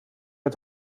uit